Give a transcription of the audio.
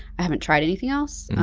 i haven't tried anything else.